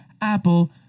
Apple